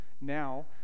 now